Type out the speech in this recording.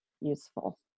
useful